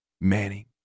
Manning